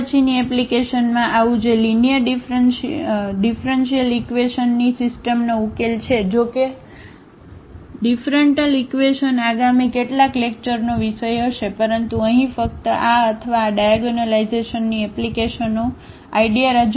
હવે હવે પછીની એપ્લિકેશનમાં આવું જે લીનીઅર ઙીફરન્શીઅલ ઈક્વેશનની સિસ્ટમનો ઉકેલ છે જોકે ડિફરન્ટલ ઈક્વેશન આગામી કેટલાક લેક્ચરનો વિષય હશે પરંતુ અહીં ફક્ત આ અથવા આ ડાયાગોનલાઇઝેશનની એપ્લિકેશનનો આઇડીયા રજૂ કરવા માટે